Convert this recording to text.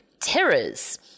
terrors